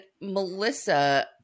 Melissa